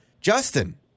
Justin